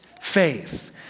faith